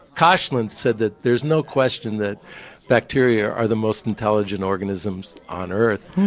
koshland said that there's no question that bacteria are the most intelligent organisms on earth,